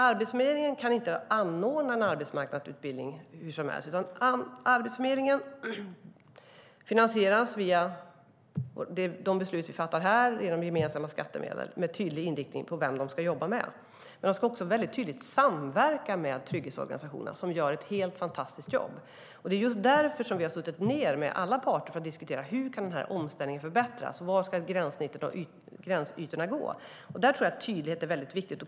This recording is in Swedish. Arbetsförmedlingen kan inte anordna en arbetsmarknadsutbildning hur som helst, utan Arbetsförmedlingen finansieras genom gemensamma skattemedel via de beslut vi fattar här med tydlig inriktning gällande vem de ska jobba med. Men de ska också tydligt samverka med trygghetsorganisationerna som gör ett helt fantastiskt jobb. Det är för att diskutera hur denna omställning kan förbättras och var gränssnittet och gränsytorna ska gå som vi har suttit ned med alla parter. Där tror jag att tydlighet är väldigt viktigt.